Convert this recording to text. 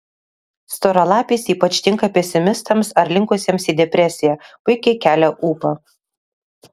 storalapis ypač tinka pesimistams ar linkusiems į depresiją puikiai kelia ūpą